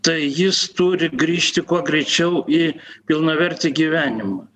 tai jis turi grįžti kuo greičiau į pilnavertį gyvenimą